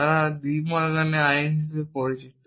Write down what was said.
তারা ডি মরগানের আইন হিসাবে পরিচিত